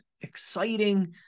exciting